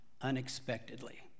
unexpectedly